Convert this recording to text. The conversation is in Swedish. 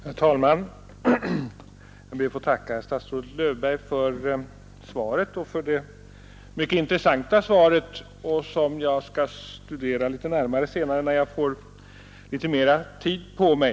Herr talman! Jag ber att få tacka statsrådet Löfberg för det mycket intressanta svaret, som jag senare skall studera litet närmare när jag får mera tid på mig.